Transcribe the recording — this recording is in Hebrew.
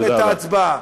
תודה רבה.